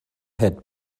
had